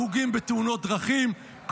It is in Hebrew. הרוגים בתאונות דרכים,